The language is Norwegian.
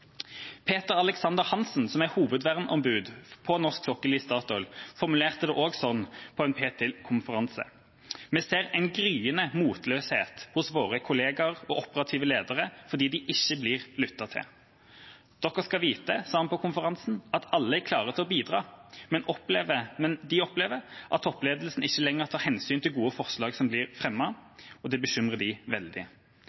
Peter Alexander Hansen, som er hovedverneombud på norsk sokkel i Statoil, formulerte det også sånn på en Ptil-konferanse: Vi ser en gryende motløshet hos våre kolleger og operative ledere fordi de ikke blir lyttet til. Dere skal vite, sa han på konferansen, at alle er klare til å bidra, men de opplever at toppledelsen ikke lenger tar hensyn til gode forslag som blir